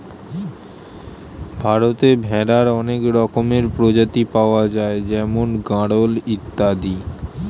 ভারতে ভেড়ার অনেক রকমের প্রজাতি পাওয়া যায় যেমন গাড়ল ইত্যাদি